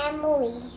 Emily